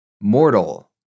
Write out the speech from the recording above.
Mortal